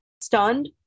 stunned